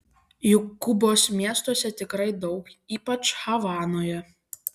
jų kubos miestuose tikrai daug ypač havanoje